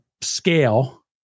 scale